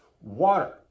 water